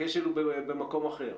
הכשל הוא במקום אחר.